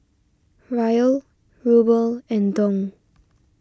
Riyal Ruble and Dong